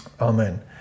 Amen